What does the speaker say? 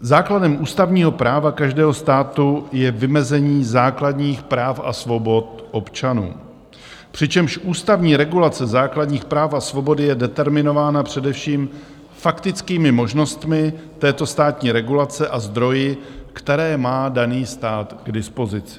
Základem ústavního práva každého státu je vymezení základních práv a svobod občanů, přičemž ústavní regulace základních práv a svobod je determinována především faktickými možnostmi této státní regulace a zdroji, které má daný stát k dispozici.